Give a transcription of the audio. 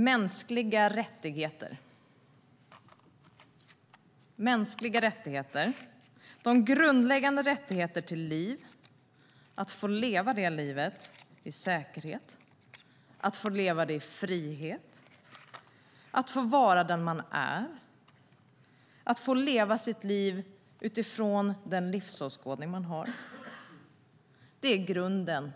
Mänskliga rättigheter, de grundläggande rättigheterna till liv och att få leva det livet i säkerhet, att få leva det i frihet, att få vara den man är och att få leva sitt liv utifrån den livsåskådning som man har är grunden